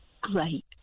Great